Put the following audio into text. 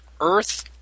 Earth